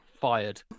fired